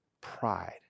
pride